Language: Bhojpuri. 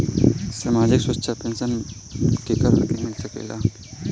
सामाजिक सुरक्षा पेंसन केकरा के मिल सकेला?